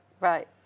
Right